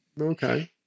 Okay